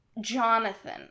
jonathan